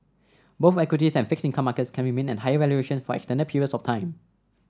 both equities and fixed income markets can remain at higher valuations for extended periods of time